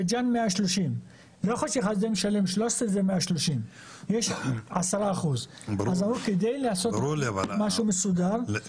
בית ג'אן 130. לא יכול להיות שבאחד משלמים 13 ובאחר 130. יש 10%. אז אמרו שכדי לעשות משהו מסודר --- ברור לי,